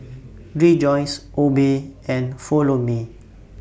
Rejoice Obey and Follow Me